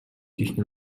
їхні